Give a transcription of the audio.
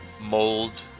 mold